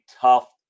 tough